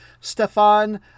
Stefan